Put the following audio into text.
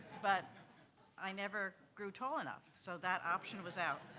but i never grew tall enough, so that option was out.